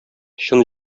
чын